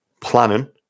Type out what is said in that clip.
planning